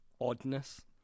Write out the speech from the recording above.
oddness